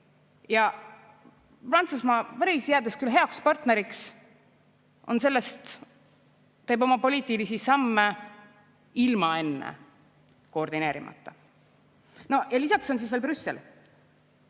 Ja Prantsusmaa, Pariis, jäädes küll heaks partneriks, teeb oma poliitilisi samme ilma enne koordineerimata. Ja lisaks on siis veel Brüssel,